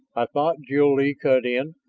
i thought, jil-lee cut in,